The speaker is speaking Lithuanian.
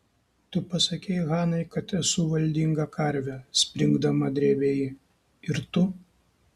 tu pasakei hanai kad esu valdinga karvė springdama drėbė ji ir tu